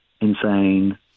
insane